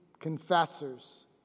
confessors